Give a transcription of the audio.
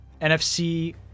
NFC